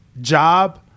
job